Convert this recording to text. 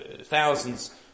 thousands